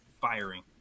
firing